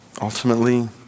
ultimately